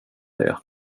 det